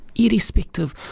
irrespective